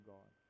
God